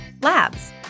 Labs